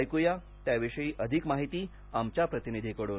ऐकूया त्याविषयी अधिक माहिती आमच्या प्रतिनिधीकडून